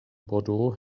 bordeaux